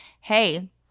hey